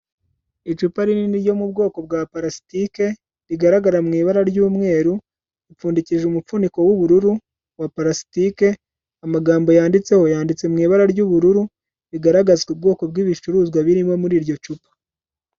Icupa rinini ryo mu bwoko bwa parasitike, rigaragara mu ibara ry'umweru, ripfundikije umufuniko w'ubururu wa parasitike, amagambo yanditseho yanditse mu ibara ry'ubururu, bigaragaza ubwoko bw'ibicuruzwa birimo muri iryo cupa.